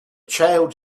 child